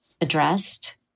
addressed